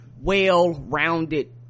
well-rounded